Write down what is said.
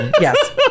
yes